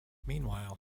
meanwhile